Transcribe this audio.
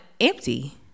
empty